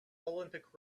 olympic